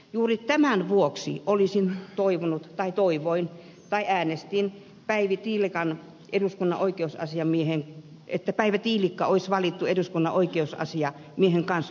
juuri tämän vuoksi olisin toivonut kai toivoi kai äänestin että päivi tiilikka olisi valittu eduskunnan oikeusasiamiehen kansliaan